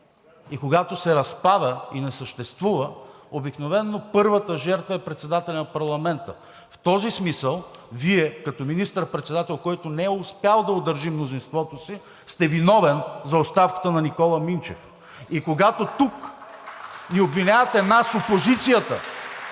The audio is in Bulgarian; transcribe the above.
и когато се разпада и не съществува, обикновено първата жертва е председателят на парламента. В този смисъл – Вие като министър-председател, който не е успял да удържи мнозинството си, сте виновен за оставката на Никола Минчев. (Ръкопляскания от ГЕРБ-СДС.) И когато тук ни обвинявате, нас опозицията,